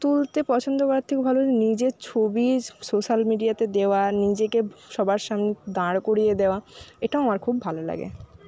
তুলতে পছন্দ করার থেকেও ভালো নিজের ছবি সোশ্যাল মিডিয়াতে দেওয়া নিজেকে সবার সামনে দাঁড় করিয়ে দেওয়া এটাও আমার খুব ভালো লাগে